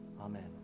Amen